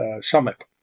summit